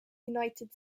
united